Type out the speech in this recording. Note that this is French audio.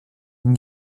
une